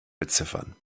beziffern